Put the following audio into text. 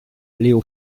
léo